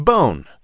Bone